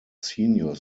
senior